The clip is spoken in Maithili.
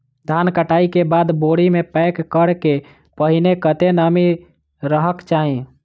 धान कटाई केँ बाद बोरी मे पैक करऽ सँ पहिने कत्ते नमी रहक चाहि?